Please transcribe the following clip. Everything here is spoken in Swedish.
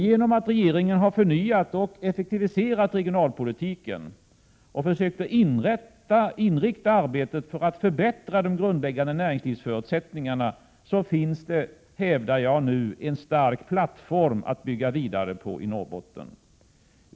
Genom att regeringen har förnyat och effektiviserat regionalpolitiken och försökt att inrikta arbetet på att förbättra de grundläggande näringslivsförutsättningarna finns det nu, hävdar jag, en stark plattform att bygga vidare på i Norrbotten.